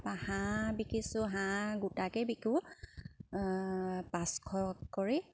তাপা হাঁহ বিকিছোঁ হাঁহ গোটাকেই বিকো পাঁচশ কৰি